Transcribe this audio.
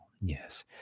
Yes